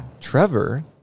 Trevor